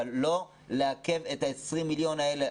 אבל לא לעכב את ה-20 מיליון האלה.